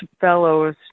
fellows